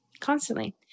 constantly